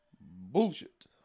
Bullshit